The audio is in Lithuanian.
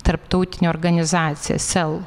tarptautinė organizacija sel